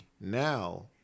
Now